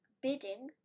bidding